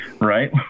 right